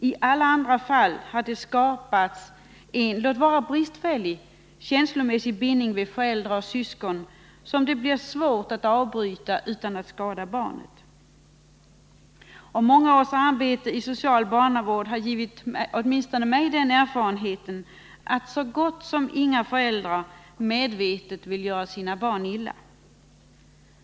I alla andra fall har det skapats en, låt vara bristfällig, känslomässig bindning vid föräldrar och syskon som det lätt blir svårt att avbryta utan att skada barnet. Många års arbete i social barnavård har givit åtminstone mig den erfarenheten att så gott som inga föräldrar medvetet vill göra sina barn illa.